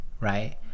right